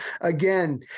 again